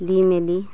দি মেলি